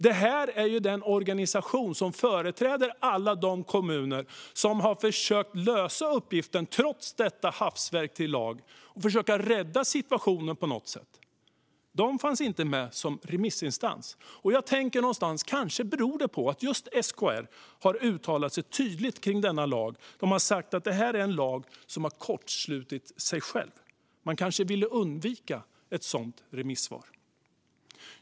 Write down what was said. Det är den organisation som företräder alla kommuner som har försökt lösa uppgiften trots detta hafsverk till lag för att försöka rädda situationen på något sätt. De fanns inte med som remissinstans. Kanske beror det på att just SKR har uttalat sig tydligt kring denna lag. SKR har sagt att detta är en lag som har kortslutit sig själv. Man kanske ville undvika ett sådant remissvar.